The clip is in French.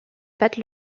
pâte